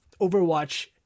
Overwatch